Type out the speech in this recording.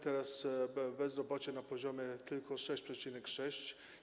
Teraz mamy bezrobocie na poziomie tylko 6,6.